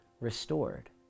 restored